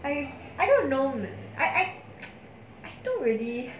I I don't know I I don't really